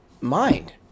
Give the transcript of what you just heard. mind